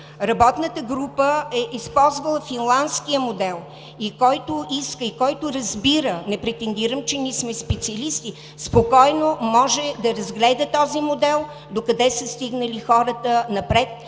Работната група е използвала Финландския модел и който иска, и който разбира – не претендирам, че ние сме специалисти, спокойно може да разгледа този модел, докъде са стигнали хората напред,